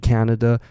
Canada